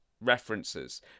references